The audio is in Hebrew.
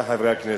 חברי חברי הכנסת,